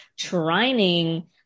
trining